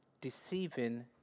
deceiving